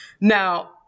Now